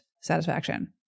satisfaction